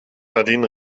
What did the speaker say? nadine